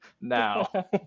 now